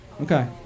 Okay